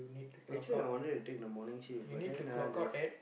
actually I wanted to take the morning shift but then ah the